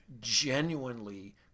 genuinely